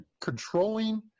controlling